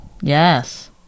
Yes